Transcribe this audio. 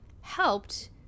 helped